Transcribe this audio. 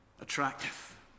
attractive